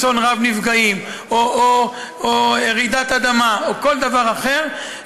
לאסון רב-נפגעים או רעידת אדמה או כל דבר אחר,